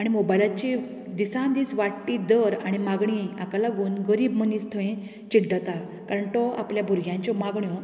आनी मोबायलाची दिसान दीस वाडटी दर आनी मागणी हाका लागून गरीब मनीस थंय चिड्डता कारण तो आपल्या भुरग्यांच्यो मागण्यो